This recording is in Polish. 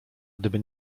gdyby